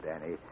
Danny